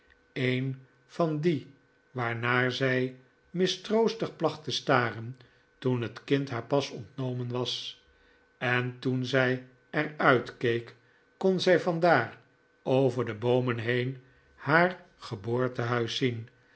een van die waarnaar zij mistroostig placht te staren toen het kind haar pas ontnomen was en toen zij er uitkeek kon zij vandaar over de boomen heen haar geboortehuis zien